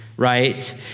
right